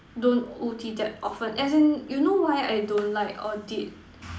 don't O_T that often as in you know why I don't like audit